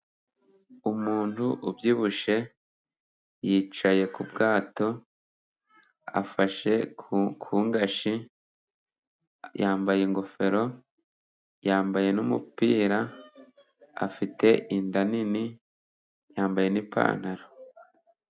Umuntu ubyibushye yicaye ku bwato, afashe ku ngashyi , yambaye ingofero, yambaye n'umupira, afite inda nini, yambaye n'ipantaro.